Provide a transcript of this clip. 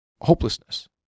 hopelessness